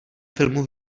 filmu